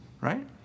right